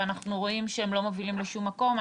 ואנחנו רואים שהם לא מובילים לשום מקום.